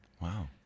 Wow